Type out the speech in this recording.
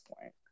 point